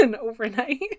overnight